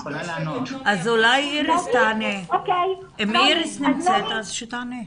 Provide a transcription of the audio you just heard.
אם איריס נמצאת אז שתענה.